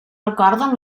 recorden